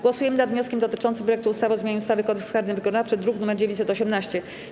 Głosujemy nad wnioskiem dotyczącym projektu ustawy o zmianie ustawy - Kodeks karny wykonawczy, druk nr 918.